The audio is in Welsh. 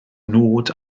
nod